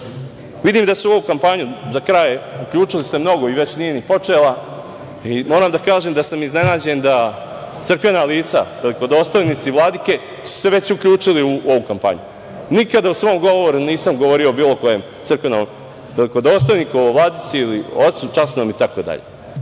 da su se u ovu kampanju, za kraj, uključili mnogo i već nije ni počela. Moram da kažem da sam iznenađen da crkvena lica velikodostojnici i vladike su se već uključili u ovu kampanju. Nikada u svom govoru nisam govorio o bilo kojem crkvenom velikodostojniku, o vladici ili časnom ocu itd.